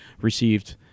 received